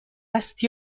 است